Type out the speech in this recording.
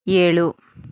ಏಳು